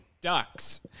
Ducks